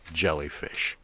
jellyfish